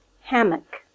Hammock